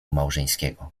małżeńskiego